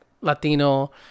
Latino